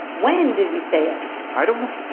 when did we say it? i don't know.